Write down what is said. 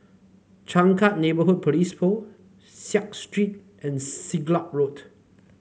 Changkat Neighbourhood Police Post Seah Street and Siglap Road